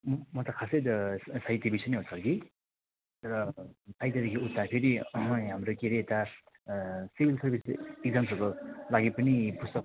म त खासै ज साहित्य विषय नै हो सर कि तर साहित्यदेखि उता फेरि हाम्रो के रे यता सिभिल सर्विसको इक्जाम्सहरूको लागि पनि पुस्तक